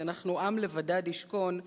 כי אנחנו עם לבדד ישכון,